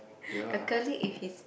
your colleague if his